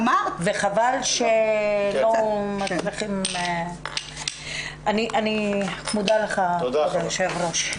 וחבל שלא --- אני מודה לך אדוני היו"ר.